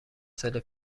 سال